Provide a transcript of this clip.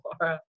Laura